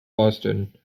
boston